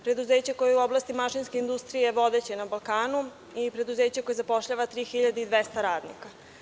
Preduzeće koje je u oblasti mašinske industrije vodeće na Balkanu i preduzeće koje zapošljava 3.200 radnika.